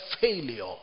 failure